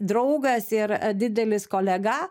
draugas ir didelis kolega